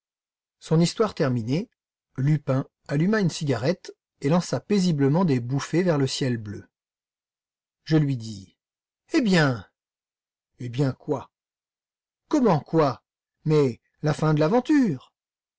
son histoire terminée lupin alluma une cigarette et lança paisiblement des bouffées vers le ciel bleu je lui dis eh bien eh bien quoi comment quoi mais la fin de l'aventure